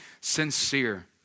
sincere